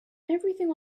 everything